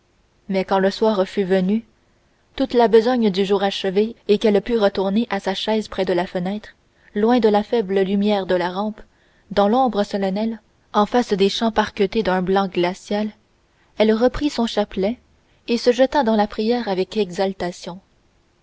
mais quand le soir fut venu toute la besogne du jour achevée et qu'elle put retourner à sa chaise près de la fenêtre loin de la faible lumière de la lampe dans l'ombre solennelle en face des champs parquetés d'un blanc glacial elle reprit son chapelet et se jeta dans la prière avec